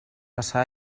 passà